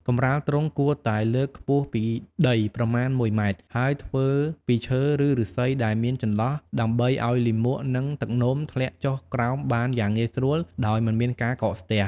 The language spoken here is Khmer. កម្រាលទ្រុងគួរតែលើកខ្ពស់ពីដីប្រមាណមួយម៉ែត្រ ហើយធ្វើពីឈើឬឬស្សីដែលមានចន្លោះដើម្បីឲ្យលាមកនិងទឹកនោមធ្លាក់ចុះក្រោមបានយ៉ាងងាយស្រួលដោយមិនមានការកកស្ទះ។